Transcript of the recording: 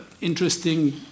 interesting